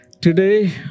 Today